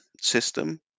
system